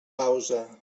pausa